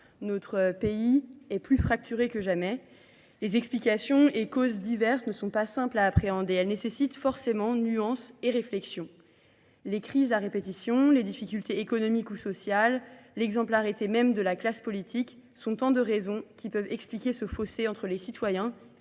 Notre pays est plus fracturé que jamais. Les explications et causes diverses ne sont pas simples à appréhender. Elles nécessitent forcément nuance et réflexion. Les crises à répétition, les difficultés économiques ou sociales, l'exemple arrêté même de la classe politique, sont tant de raisons qui peuvent expliquer ce fossé entre les citoyens